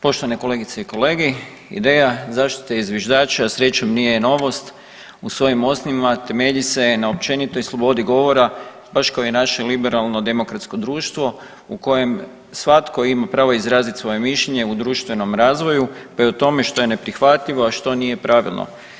Poštovane kolegice i kolege, ideja zaštite zviždača srećom, nije novost, u svojim .../nerazumljivo/... temelji se na općenitoj slobodi govora baš kao i naše liberalno demokratsko društvo u kojem svatko ima pravo izraziti svoje mišljenje u društvenom razvoju, pa i u tome što je neprihvatljivo, a što nije pravilno.